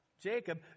Jacob